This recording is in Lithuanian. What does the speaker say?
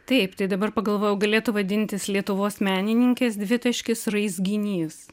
taip tai dabar pagalvojau galėtų vadintis lietuvos menininkės dvitaškis raizginys